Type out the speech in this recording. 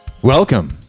Welcome